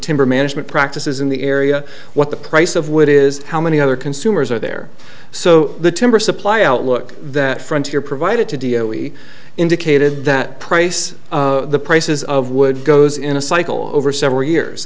timber management practices in the area what the price of wood is how many other consumers are there so the timber supply outlook that frontier provided to dia we indicated that price the prices of wood goes in a cycle over several years